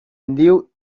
knew